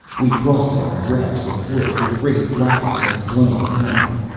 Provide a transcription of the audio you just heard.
we crossed it on rafts of wood with great bladders of blown hide.